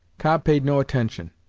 cobb paid no attention,